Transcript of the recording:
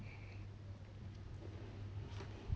okay